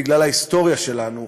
בגלל ההיסטוריה שלנו,